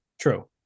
True